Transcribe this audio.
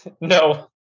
No